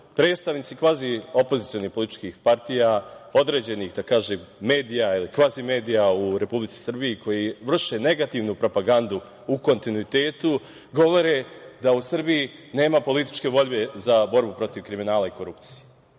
predstavnici kvazi-opozicionih političkih partija, određenih, da kažem, medija ili kvazi-medija u Republici Srbiji koji vrše negativnu propagandu u kontinuitetu, govore da u Srbiji nema političke borbe za borbu protiv kriminala i korupcije. Kako